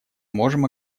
можем